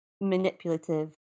manipulative